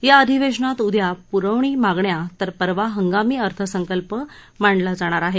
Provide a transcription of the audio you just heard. या अधिवेशनात उद्या पुरवणी मागण्या तर परवा हंगामी अर्थसंकल्प मांडला जाणार आहे